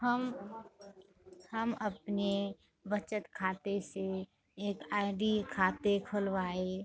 हम हम अपने बचत खाते से एक आई डी खाते खुलवाए